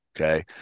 Okay